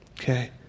Okay